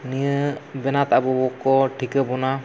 ᱱᱤᱭᱟᱹ ᱵᱮᱱᱟᱣᱛᱮ ᱟᱵᱚ ᱠᱚᱠᱚ ᱴᱷᱤᱠᱟᱹ ᱵᱚᱱᱟ